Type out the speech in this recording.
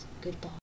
Goodbye